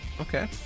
Okay